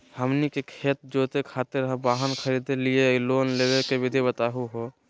हमनी के खेत जोते खातीर वाहन खरीदे लिये लोन लेवे के विधि बताही हो?